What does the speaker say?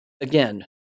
again